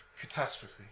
catastrophe